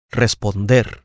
responder